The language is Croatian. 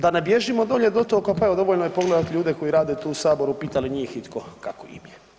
Da ne bježimo dalje od otoka pa evo dovoljno je pogledati ljude koji rade tu u Saboru, pita li njih itko kako im je.